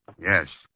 yes